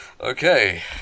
Okay